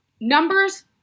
numbers